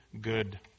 good